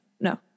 No